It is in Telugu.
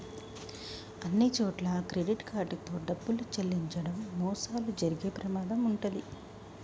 అన్నిచోట్లా క్రెడిట్ కార్డ్ తో డబ్బులు చెల్లించడం మోసాలు జరిగే ప్రమాదం వుంటది